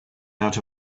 out